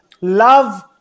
love